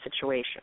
situation